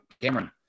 Cameron